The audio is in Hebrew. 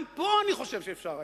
גם פה אני חושב שאפשר היה.